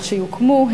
לכשיוקמו,